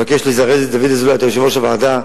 חבר הכנסת דוד אזולאי, אתה יושב-ראש הוועדה,